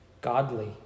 Godly